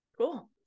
cool